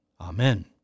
Amen